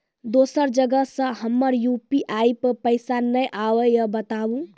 दोसर जगह से हमर यु.पी.आई पे पैसा नैय आबे या बताबू?